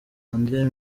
adrien